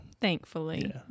Thankfully